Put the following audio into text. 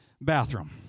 bathroom